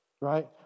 right